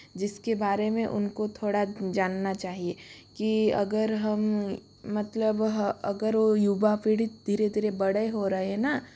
जिसके बारे में उनको थोड़ा जानना चाहिए कि अगर हम मतलब ह अगर वह युवा पीढ़ी धीरे धीरे बड़े हो रहे है न